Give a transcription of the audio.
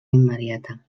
immediata